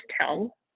tell